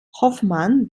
hoffmann